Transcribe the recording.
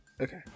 Okay